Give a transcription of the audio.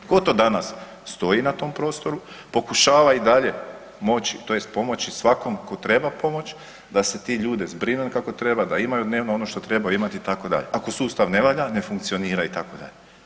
Tko to danas stoji na tom prostoru, pokušava i dalje moći tj. pomoći svakom tko treba pomoć da se te ljude zbrine kako treba, da imaju dnevno ono što trebaju imati itd., ako sustav ne valja, ne funkcionira itd.